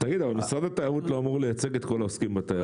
משרד התיירות לא אמור לייצג את כל העוסקים בתיירות?